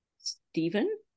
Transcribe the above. Stephen